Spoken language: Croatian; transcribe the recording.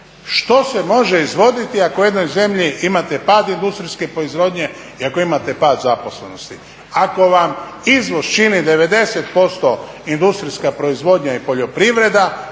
što se može izvoziti ako u jednoj zemlji imate pad industrijske proizvodnje i ako imate pad zaposlenosti, ako vam izvoz čini 90% industrijska proizvodnja i poljoprivreda,